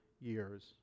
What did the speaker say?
years